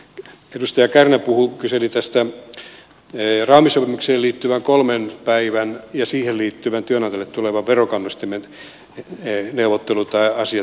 edustaja kärnä kyseli tästä raamisopimukseen liittyvän kolmen päivän ja siihen liittyvän työnantajalle tulevan verokannustimen asiantilasta